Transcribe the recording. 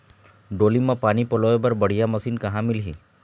डोली म पानी पलोए बर बढ़िया मशीन कहां मिलही?